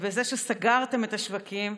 בזה שסגרתם את השווקים,